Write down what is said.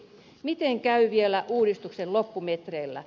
miten käy vielä uudistuksen loppumetreillä